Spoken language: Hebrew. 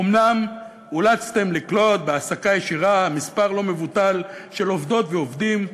אומנם אולצתם לקלוט בהעסקה ישירה מספר לא מבוטל של עובדות ועובדים,